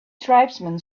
tribesman